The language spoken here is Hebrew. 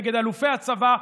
נגד אלופי הצבא,